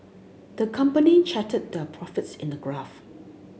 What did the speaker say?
the company charted their profits in a graph